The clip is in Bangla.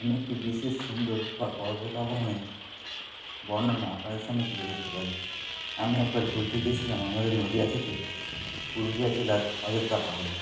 আমি একটি বিশেষ সুন্দর বা পর্বত আরোহণের বর্ণনা আপনাদের সামনে তুলে ধরতে পারি আমি একবার ঘুরতে গিয়েছিলাম আমাদের নদীয়া থেকে পুরুলিয়া জেলার অযোধ্যা পাহাড়ে